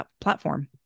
platform